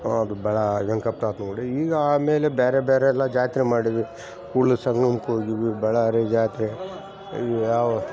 ಅದು ಬಳಾ ವೆಂಕಪ್ಪ ತಾತ ನೋಡಿ ಈಗ ಆಮೇಲೆ ಬೇರೆ ಬೇರೆಲ್ಲ ಜಾತ್ರೆ ಮಾಡಿದ್ವಿ ಕೂಡಲು ಸಂಗಮ್ ಹೋಗಿವಿ ಬಳ್ಳಾರಿ ಜಾತ್ರೆ ಇವ್ಯಾವ